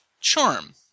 charm